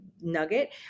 nugget